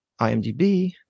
IMDb